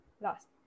last